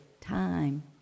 time